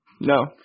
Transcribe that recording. No